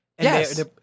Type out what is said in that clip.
Yes